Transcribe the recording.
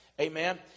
Amen